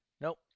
nope